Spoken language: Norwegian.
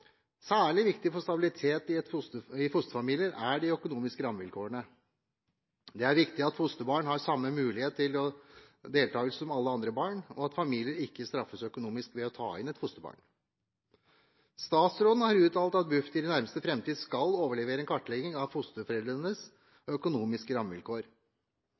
Særlig viktig for stabilitet i fosterfamilier er de økonomiske rammevilkårene. Det er viktig at fosterbarn har samme mulighet til deltakelse som alle andre barn, og at familier ikke straffes økonomisk ved å ta inn et fosterbarn. Statsråden har uttalt at Bufdir i nærmeste framtid skal overlevere en kartlegging av fosterforeldrenes økonomiske rammevilkår.